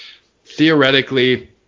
theoretically